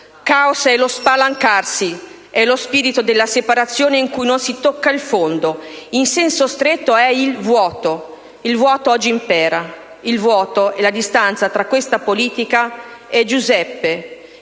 è lo spalancarsi, è lo spazio della separazione in cui non si tocca il fondo, in senso stretto è il vuoto. Il vuoto oggi impera; il vuoto è la distanza tra questa politica e Giuseppe,